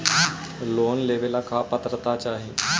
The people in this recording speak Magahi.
लोन लेवेला का पात्रता चाही?